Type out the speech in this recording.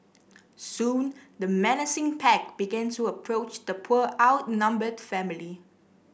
soon the menacing pack began to approach the poor outnumbered family